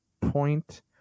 point